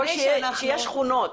נדאג לכך שיהיו שכונות.